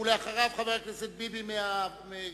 אחריו, חבר הכנסת ביבי מקדימה.